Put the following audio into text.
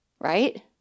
Right